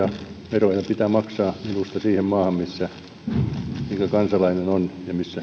veroja pitää maksaa siihen maahan minkä kansalainen on